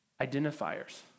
identifiers